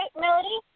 Melody